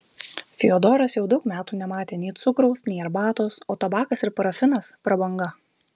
fiodoras jau daug metų nematė nei cukraus nei arbatos o tabakas ir parafinas prabanga